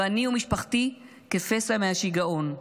ואני ומשפחתי כפסע מהשיגעון.